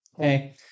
Okay